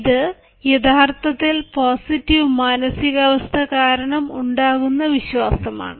ഇത് യഥാർത്ഥത്തിൽ പോസിറ്റീവ് മാനസികാവസ്ഥ കാരണം ഉണ്ടാകുന്ന വിശ്വാസം ആണ്